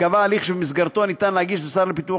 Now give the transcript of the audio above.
וקבע הליך שבמסגרתו ניתן להגיש לשר לפיתוח